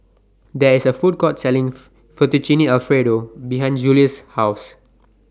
There IS A Food Court Selling Fettuccine Alfredo behind Julious' House